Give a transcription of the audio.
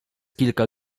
kilka